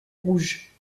rouges